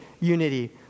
unity